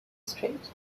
street